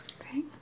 okay